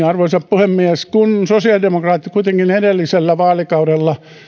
arvoisa puhemies kun sosiaalidemokraatit kuitenkin edellisellä vaalikaudella